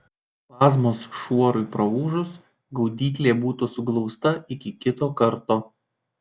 plazmos šuorui praūžus gaudyklė būtų suglausta iki kito karto